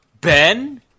Ben